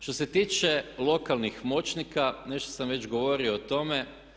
Što se tiče lokalnih moćnika, nešto sam već govori o tome.